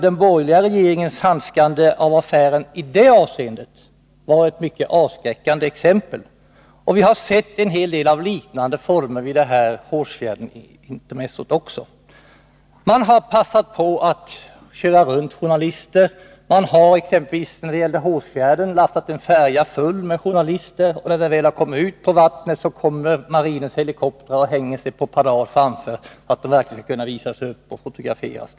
Den borgerliga regeringens handskande med affären var i det avseendet ett mycket avskräckande exempel. Vi har sett en hel del liknande saker också vid Hårsfjärdsintermezzot. Man har passat på att köra runt journalister, man lassade en färja full med journalister, och när de väl kommit ut på vattnet kom marinens helikoptrar och hängde sig på parad framför den för att fotograferas.